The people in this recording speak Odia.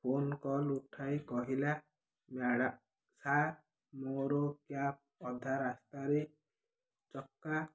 ଫୋନ କଲ୍ ଉଠାଇ କହିଲା ସାର୍ ମୋର କ୍ୟାବ୍ ଅଧା ରାସ୍ତାରେ ଚକା